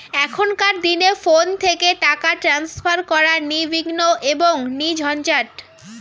এখনকার দিনে ফোন থেকে টাকা ট্রান্সফার করা নির্বিঘ্ন এবং নির্ঝঞ্ঝাট